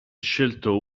scelto